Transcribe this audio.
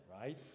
right